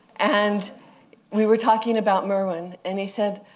and we were talking about merwin. and he said,